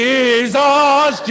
Jesus